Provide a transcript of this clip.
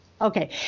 Okay